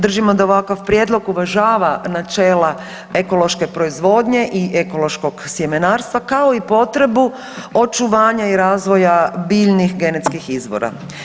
Držimo da ovakav prijedlog uvažava načela ekološke proizvodnje i ekološkog sjemenarstva, kao i potrebu očuvanja i razvoja biljnih genetskih izvora.